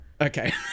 Okay